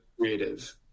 creative